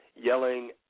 yelling